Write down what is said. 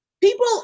people